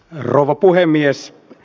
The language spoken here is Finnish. rouva puhemies